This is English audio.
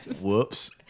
whoops